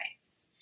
rights